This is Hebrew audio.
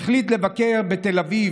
הוא החליט לבקר בתל אביב,